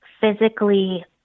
physically